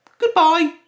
Goodbye